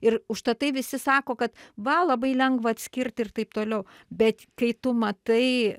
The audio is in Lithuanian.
ir užtat tai visi sako kad va labai lengva atskirti ir taip toliau bet kai tu matai